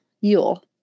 Yule